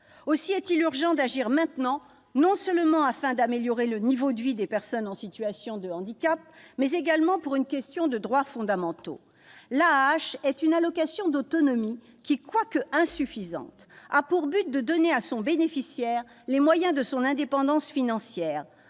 Aussi est-il urgent d'agir maintenant, non seulement afin d'améliorer le niveau de vie des personnes en situation de handicap, mais également pour une question de droits fondamentaux. L'AAH est une allocation d'autonomie qui, bien qu'insuffisante, a pour but de donner à son bénéficiaire les moyens de son indépendance financière.